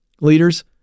Leaders